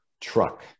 truck